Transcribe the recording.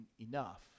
enough